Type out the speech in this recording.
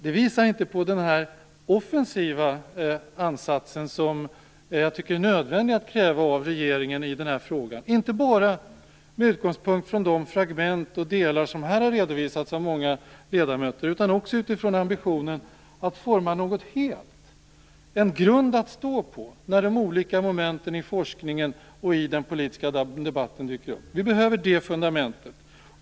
Det visar inte på den offensiva ansats som jag tycker att det är nödvändigt att kräva av regeringen i den här frågan - inte bara med utgångspunkt i de fragment och delar som här har redovisats av många ledamöter utan också utifrån ambitionen att forma något helt, en grund att stå på när de olika momenten i forskningen och i den politiska debatten dyker upp. Vi behöver det fundamentet.